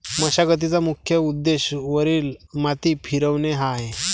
मशागतीचा मुख्य उद्देश वरील माती फिरवणे हा आहे